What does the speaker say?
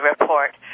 report